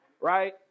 Right